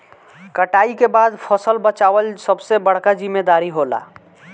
कटाई के बाद फसल बचावल सबसे बड़का जिम्मेदारी होला